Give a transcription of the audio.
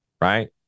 right